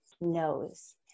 knows